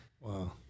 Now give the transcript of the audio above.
Wow